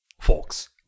folks